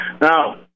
Now